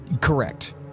Correct